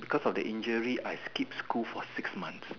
because of the injury I skipped school for six months